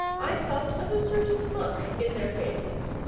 i thought of a certain look in their faces,